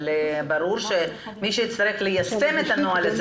אבל ברור שמי שיצטרך ליישם את הנוהל הזה